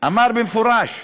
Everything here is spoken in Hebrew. אמר במפורש: